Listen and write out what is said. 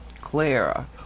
Clara